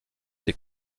des